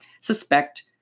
suspect